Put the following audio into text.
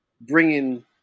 bringing